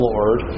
Lord